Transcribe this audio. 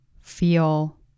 feel